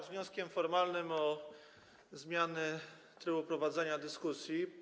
Z wnioskiem formalnym o zmianę trybu prowadzenia dyskusji.